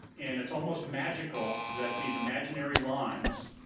and it's almost magical that these imaginary lines,